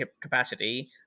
capacity